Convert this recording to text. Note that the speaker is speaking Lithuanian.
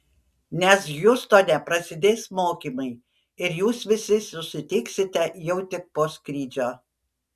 nes hjustone prasidės mokymai ir jūs visi susitiksite jau tik po skrydžio